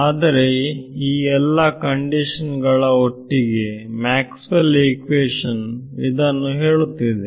ಆದರೆ ಈ ಎಲ್ಲಾ ಕಂಡೀಶನ್ ಗಳ ಒಟ್ಟಿಗೆ ಮ್ಯಾಕ್ಸ್ವೆಲ್ ಈಕ್ವೇಶನ್ ಇದನ್ನು ಹೇಳುತ್ತಿದೆ